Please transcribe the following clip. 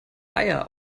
eier